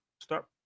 Start